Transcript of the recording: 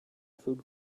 food